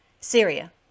Syria